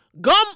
gum